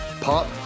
pop